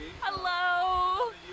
Hello